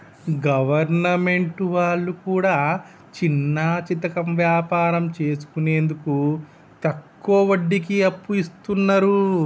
government వాళ్లు కూడా చిన్నాచితక వ్యాపారం చేసుకునేందుకు తక్కువ వడ్డీకి అప్పు ఇస్తున్నరు